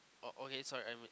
okay sorry I'm